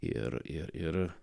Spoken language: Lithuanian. ir ir